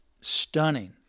stunning